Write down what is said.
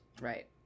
Right